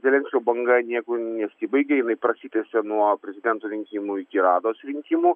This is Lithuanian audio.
zelenskio banga jeigu nesibaigė jinai prasitęsė nuo prezidento rinkimų iki rados rinkimų